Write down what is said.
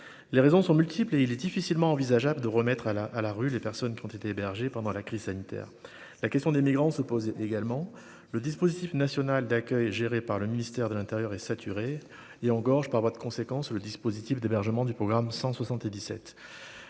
les raisons sont multiples et il est difficilement envisageable de remettre à la à la rue, les personnes qui ont été hébergées pendant la crise sanitaire, la question des migrants se poser également le dispositif national d'accueil géré par le ministère de l'Intérieur est saturé et engorgent par voie de conséquence, le dispositif d'hébergement du programme 177